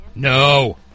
No